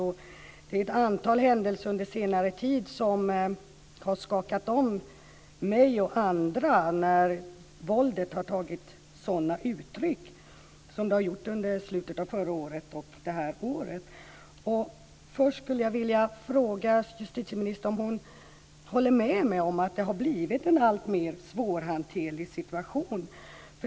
Det är ett antal händelser under senare tid som har skakat om mig och andra när våldet har tagit sig sådana uttryck som det har gjort under slutet av förra året och under detta år. Först skulle jag vilja fråga justitieministern om hon håller med mig om att det har blivit en alltmer svårhanterlig situation.